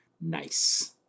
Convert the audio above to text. Nice